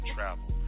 Travel